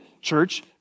church